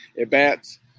at-bats